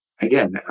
Again